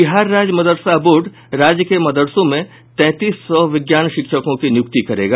बिहार राज्य मदरसा बोर्ड राज्य के मदरसों में तैंतीस सौ विज्ञान शिक्षकों की नियुक्ति करेगा